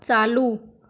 चालू